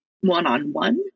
one-on-one